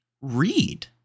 Read